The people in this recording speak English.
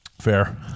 Fair